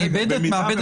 נאבדת, מאבדת את תוקפה?